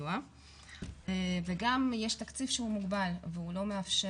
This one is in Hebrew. סיוע וגם יש תקציב שהוא מוגבל והוא לא מאפשר